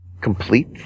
complete